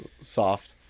soft